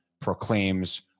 proclaims